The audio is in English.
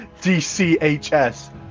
DCHS